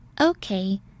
Okay